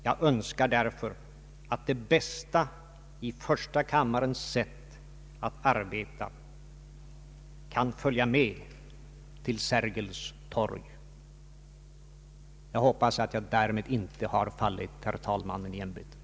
Jag önskar därför att det bästa i första kammarens sätt att arbeta kan följa med till Sergels torg. Jag hoppas att jag därmed inte har fallit herr talmannen i ämbetet.